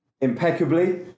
impeccably